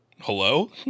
hello